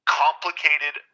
complicated